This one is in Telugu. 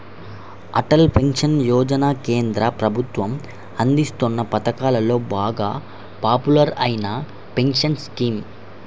అటల్ పెన్షన్ యోజన కేంద్ర ప్రభుత్వం అందిస్తోన్న పథకాలలో బాగా పాపులర్ అయిన పెన్షన్ స్కీమ్